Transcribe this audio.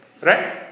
Right